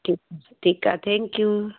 ठी ठीकु आहे थैंक यू